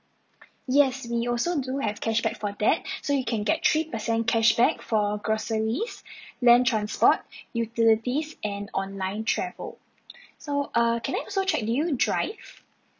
yes we also do have cashback for that so you can get three percent cashback for groceries land transport utilities and online travel so err can I also check do you drive